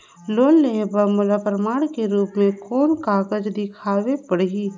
Loan लेहे बर मोला प्रमाण के रूप में कोन कागज दिखावेक पड़ही?